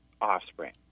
offspring